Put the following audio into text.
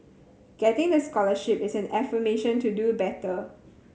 getting the scholarship is an affirmation to do better